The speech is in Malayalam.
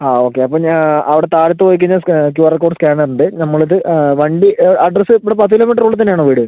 ആ ഓക്കെ അപ്പം ഞാൻ അവിടെ താഴത്ത് പോയി കയിഞ്ഞാൽ ക്യുആർ കോഡ് സ്കാനർ ഉണ്ട് നമ്മൾ അത് വണ്ടി അഡ്രസ്സ് ഇവിടെ പത്ത് കിലോമീറ്റർ ഉള്ളിൽ തന്നെ ആണോ വീട്